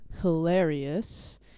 hilarious